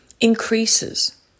increases